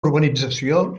urbanització